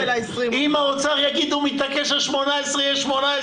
אם האוצר יגידו שהוא מתעקש על 18, יהיה 18,